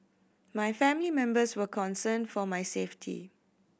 my family members were concerned for my safety